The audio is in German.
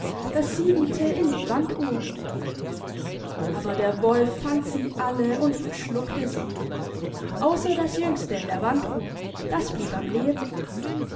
das siebente in die wanduhr aber der wolf fand sie alle und verschluckte sie außer das jüngste in der wanduhr das blieb am leben